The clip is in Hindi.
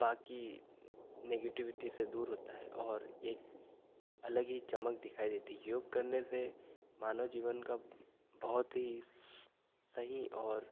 बाकी नेगेविटी से दूर होता है और एक अलग ही चमक दिखाई देती है योग करने से मानव जीवन का बहुत ही सही और